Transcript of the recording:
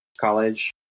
college